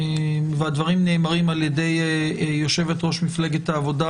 והדברים נאמרים על ידי יושבת-ראש מפלגת העבודה,